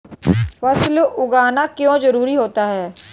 फसल उगाना क्यों जरूरी होता है?